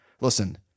Listen